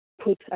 put